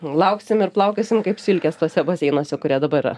lauksim ir plaukiosim kaip silkės tuose baseinuose kurie dabar yra